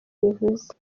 bivuze